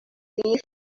thief